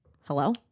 Hello